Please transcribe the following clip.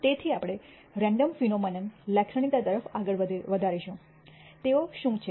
તેથી આપણે random phenomenon લાક્ષણિકતા તરફ આગળ વધારીશું તેઓ શું છે